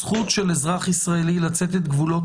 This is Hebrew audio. הזכות של אזרח ישראלי לצאת את גבולות